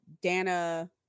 Dana